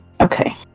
Okay